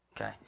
okay